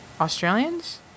Australians